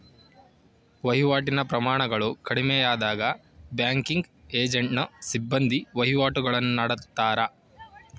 ವಹಿವಾಟಿನ ಪ್ರಮಾಣಗಳು ಕಡಿಮೆಯಾದಾಗ ಬ್ಯಾಂಕಿಂಗ್ ಏಜೆಂಟ್ನ ಸಿಬ್ಬಂದಿ ವಹಿವಾಟುಗುಳ್ನ ನಡತ್ತಾರ